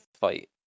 fight